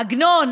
עגנון,